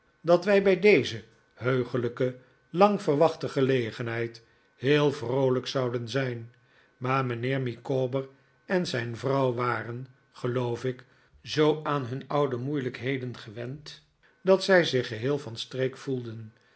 dat wij bij deze heuglijke lang verwachte gelegenheid heel vroolijk zouden zijn maar mijnheer micawber en zijn vrouw waren geloof ik zoo aan hun oude moeilijkheden gewend dat zij zich geheel van streek voelden